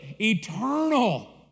Eternal